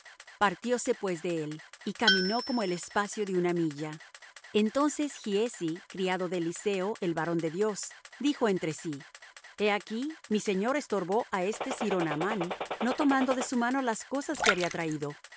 paz partióse pues de él y caminó como el espacio de una milla entonces giezi criado de eliseo el varón de dios dijo entre sí he aquí mi señor estorbó á este siro naamán no tomando de su mano las cosas que había traído